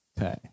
okay